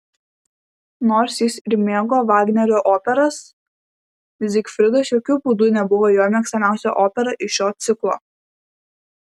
nors jis ir mėgo vagnerio operas zigfridas jokiu būdu nebuvo jo mėgstamiausia opera iš šio ciklo